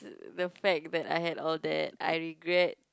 the fact that I had all that I regret